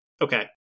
Okay